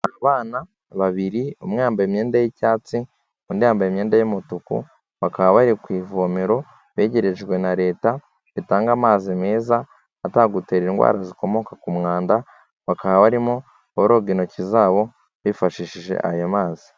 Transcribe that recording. Abana babiri umwe yambaye imyenda y'icyatsi, undi yambaye imyenda y'umutuku, bakaba bari ku ivomero begerejwe na Leta ritanga amazi meza atagutera indwara zikomoka ku mwanda, bakaba barimo baroga intoki zabo bifashishije ayo mazi.